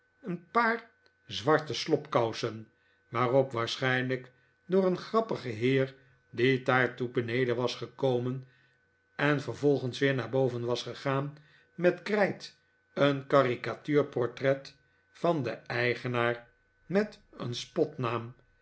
een paar zwarte slobkousen waarop waarschijnlijk door een grappigen heer die daartoe beneden was gekomen en vervolgens weer naar boven was gegaan met krijt een caricatuurportret van den eigenaar met een spotnaam